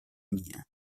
mie